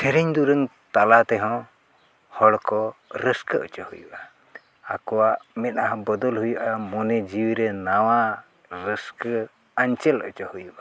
ᱥᱮᱨᱮᱧ ᱫᱩᱨᱟᱹᱝ ᱛᱟᱞᱟ ᱛᱮᱦᱚᱸ ᱦᱚᱲ ᱠᱚ ᱨᱟᱹᱥᱠᱟᱹ ᱚᱪᱚ ᱦᱩᱭᱩᱜᱼᱟ ᱟᱠᱚᱣᱟᱜ ᱢᱮᱫᱦᱟ ᱵᱚᱫᱚᱞ ᱦᱩᱭᱩᱜᱼᱟ ᱢᱚᱱᱮ ᱡᱤᱣᱤ ᱨᱮ ᱱᱟᱣᱟ ᱨᱟᱹᱥᱠᱟᱹ ᱟᱧᱪᱮᱞ ᱚᱪᱚ ᱦᱩᱭᱩᱜᱼᱟ